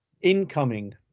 incoming